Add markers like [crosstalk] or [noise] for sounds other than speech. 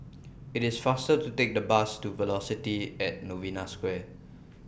[noise] IT IS faster to Take The Bus to Velocity At Novena Square [noise]